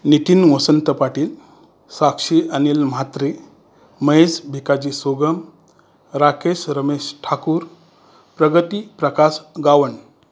Nitin Vasant Patil Sakshi Anil Mhatre Mahesh Bhikaji Sugam Rakesh Ramesh Thakur Pragati Prakash Gawan